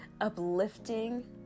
uplifting